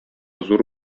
зур